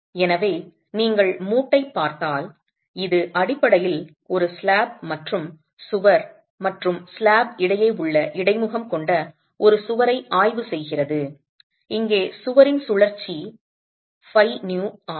எனவே நீங்கள் மூட்டைப் பார்த்தால் இது அடிப்படையில் ஒரு ஸ்லாப் மற்றும் சுவர் மற்றும் ஸ்லாப் இடையே உள்ள இடைமுகம் கொண்ட ஒரு சுவரை ஆய்வு செய்கிறது இங்கே சுவரின் சுழற்சி φv ஆகும்